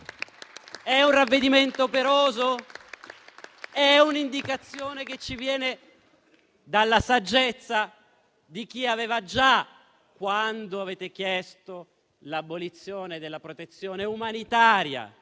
È un ravvedimento operoso? È un'indicazione che ci viene dalla saggezza di chi aveva già detto, quando avete chiesto l'abolizione della protezione umanitaria,